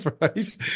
right